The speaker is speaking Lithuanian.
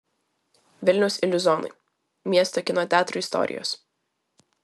vilniaus iliuzionai miesto kino teatrų istorijos